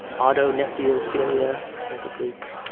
autonepiophilia, which is like a greek